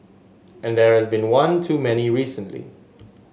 and there has been one too many recently